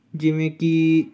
ਜਿਵੇਂ ਕਿ